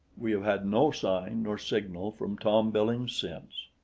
we have had no sign nor signal from tom billings since.